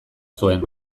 zuen